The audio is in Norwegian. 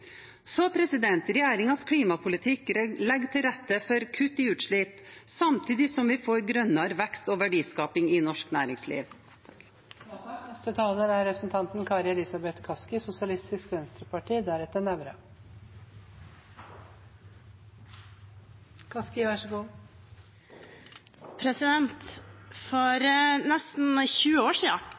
legger til rette for kutt i utslipp, samtidig som vi får grønnere vekst og verdiskaping i norsk næringsliv.